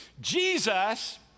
Jesus